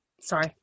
Sorry